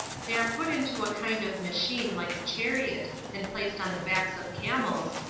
they are put into a kind of machine like a chariot, and placed on the backs of camels,